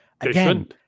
Again